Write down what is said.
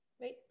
wait